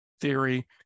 theory